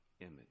image